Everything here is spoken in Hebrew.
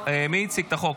מי הציג את החוק?